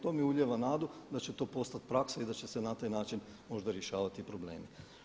To mi ulijeva nadu da će to postati praksa i da će se na taj način možda rješavati problemi.